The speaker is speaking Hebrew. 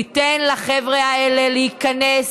תיתן לחבר'ה האלה להיכנס.